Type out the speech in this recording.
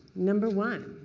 number one